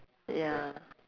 ya